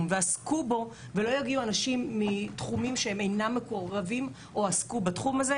ועסקו בו ולא יגיעו אנשים מתחומים שהם אינם מקורבים או עסקו בזה,